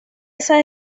esa